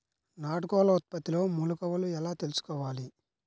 నాటుకోళ్ల ఉత్పత్తిలో మెలుకువలు ఎలా తెలుసుకోవాలి?